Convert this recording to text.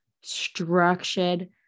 structured